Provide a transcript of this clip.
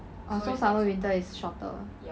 oh so summer winter is shorter ah